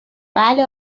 بله